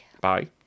Bye